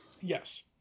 Yes